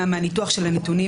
מהניתוח של הנתונים,